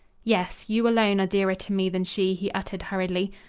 yes. you alone are dearer to me than she, he uttered hurriedly.